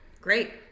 Great